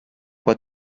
what